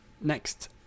next